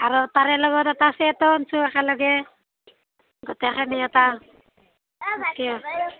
আৰু তাৰে লগত এটা ছেটো আনিছোঁ একেলগে গোটেইখিনি এটা তাকে